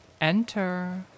Enter